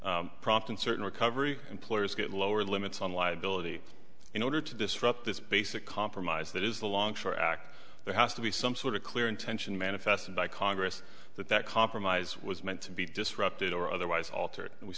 get prompt in certain recovery employers get lower limits on liability in order to disrupt this basic compromise that is the longshore act there has to be some sort of clear intention manifested by congress that that compromise was meant to be disrupted or otherwise altered and we